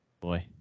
Boy